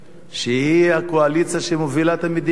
שהיא הקואליציה שמובילה את המדינה,